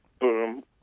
boom